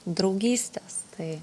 draugystės tai